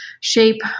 shape